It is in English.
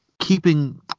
Keeping